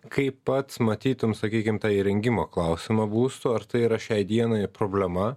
kaip pats matytum sakykim tą įrengimo klausimą būsto ar tai yra šiai dienai problema